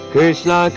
Krishna